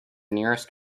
nearest